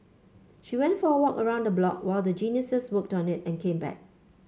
she went for a walk around the block while the geniuses worked on it and came back